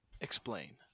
explain